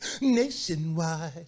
Nationwide